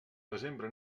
desembre